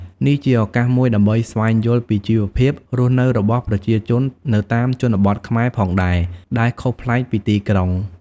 នេះជាឱកាសមួយដើម្បីស្វែងយល់ពីជីវភាពរស់នៅរបស់ប្រជាជននៅតាមជនបទខ្មែរផងដែរ ដែលខុសប្លែកពីទីក្រុង។